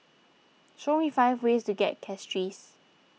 show me five ways to get Castries